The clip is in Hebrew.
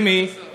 זה רק